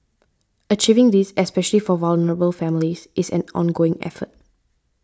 achieving this especial for vulnerable families is an ongoing effort